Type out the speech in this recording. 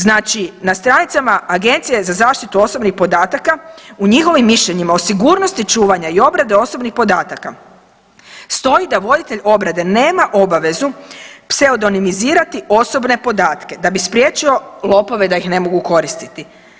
Znači na stranicama Agencije za zaštitu osobnih podataka u njihovim mišljenjima o sigurnosti čuvanja i obrade osobnih podataka stoji da voditelj obrade nema obavezu pseudominizirati osobne podatke da bi spriječio lopove da ih ne mogu koristiti.